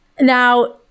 Now